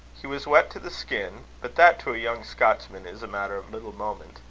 he was wet to the skin but that to a young scotchman is a matter of little moment.